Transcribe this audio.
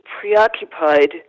preoccupied